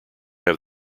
have